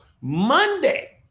Monday